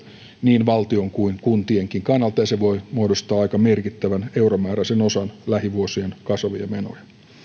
niin valtion kuin kuntienkin kannalta ja se voi muodostaa aika merkittävän euromääräisen osan lähivuosien kasvavia menoja